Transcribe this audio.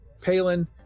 palin